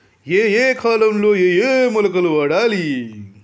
ఏయే కాలంలో ఏయే మొలకలు వాడాలి?